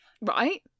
Right